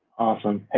awesome. hey,